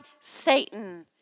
Satan